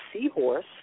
seahorse